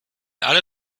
alle